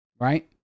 Right